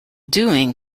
doing